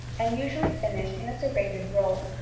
and usually finished in a serrated roll.